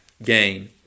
Gain